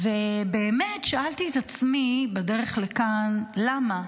ושאלתי את עצמי בדרך לכאן, למה?